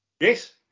yes